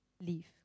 leave